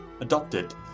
adopted